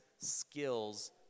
skills